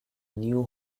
new